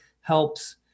helps